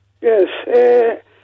Yes